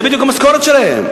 זו בדיוק המשכורת שלהם.